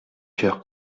cœur